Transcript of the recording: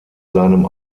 seinem